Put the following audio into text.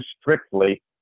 strictly